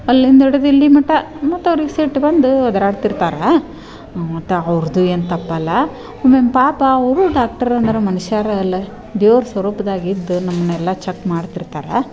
ಅಲ್ಲಿಂದ್ ಹಿಡ್ದು ಇಲ್ಲಿ ಮಟ ಮತ್ತೆ ಅವರಿಗೆ ಸಿಟ್ಟು ಬಂದು ಒದರಾಡ್ತಿರ್ತಾರೆ ಮತ್ತ ಅವ್ರದ್ದು ಏನು ತಪ್ಪಲ್ಲ ಒಮ್ಮೊಮ್ಮೆ ಪಾಪ ಅವರು ಡಾಕ್ಟ್ರ್ ಅಂದಾರೆ ಮನುಷ್ಯರು ಅಲ್ಲ ದೇವ್ರು ಸ್ವರೂಪ್ದಾಗಿದ್ದು ನಮ್ಮನ್ನೆಲ್ಲ ಚಕ್ ಮಾಡ್ತಿರ್ತಾರೆ